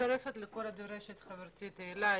אני מצטרפת לכל מה שאמרה חברתי תהלה.